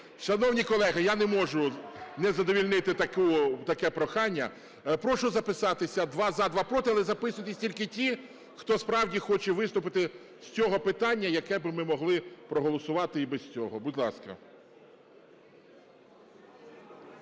Шановні колеги, я не можу не задовольнити таке прохання. Прошу записатися: два – за, два – проти. Але записуйтесь тільки ті, хто, справді, хоче виступити з цього питання, яке би ми могли проголосувати і без цього. Будь ласка.